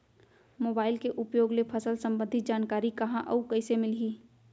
Mobile के उपयोग ले फसल सम्बन्धी जानकारी कहाँ अऊ कइसे मिलही?